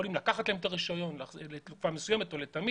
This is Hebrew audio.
יכולים לקחת להם את הרישיון לתקופה מסוימת או לתמיד,